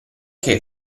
che